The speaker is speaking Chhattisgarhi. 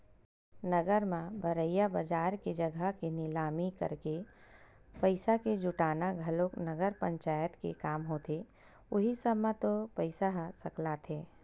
नगर म भरइया बजार के जघा के निलामी करके पइसा के जुटाना घलोक नगर पंचायत के काम होथे उहीं सब म तो पइसा ह सकलाथे